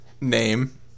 name